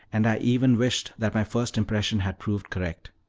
and i even wished that my first impression had proved correct.